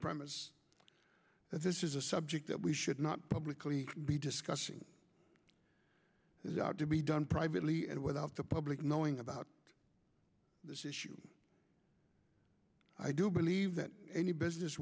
premise that this is a subject that we should not publicly be discussing is out to be done privately and without the public knowing about this issue i do believe that any business